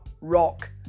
rock